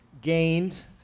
gained